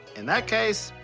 in that case,